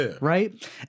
Right